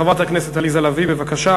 חברת הכנסת עליזה לביא, בבקשה.